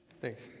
Thanks